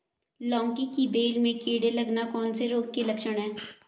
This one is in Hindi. लौकी की बेल में कीड़े लगना कौन से रोग के लक्षण हैं?